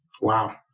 Wow